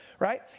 right